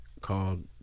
called